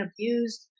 abused